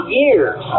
years